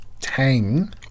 tang